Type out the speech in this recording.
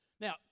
Now